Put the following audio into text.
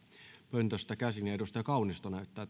pöntöstä käsin edustaja kaunisto näyttää